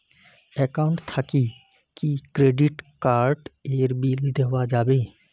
Account থাকি কি credit card এর বিল দেওয়া যাবে?